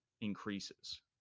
increases